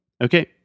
Okay